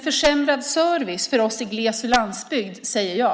Försämrad service för oss i gles och landsbygd, säger jag.